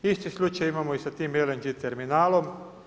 Isti slučaj imamo i sa tim LNG terminalom.